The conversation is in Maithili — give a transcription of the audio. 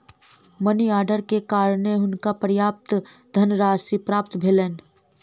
मनी आर्डर के कारणें हुनका पर्याप्त धनराशि प्राप्त भेलैन